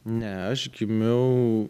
ne aš gimiau